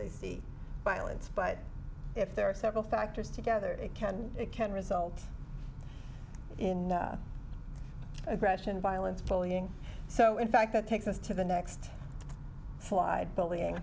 they see violence but if there are several factors together it can it can result in aggression violence bullying so in fact that takes us to the next slide bullying